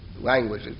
language